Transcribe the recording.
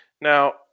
Now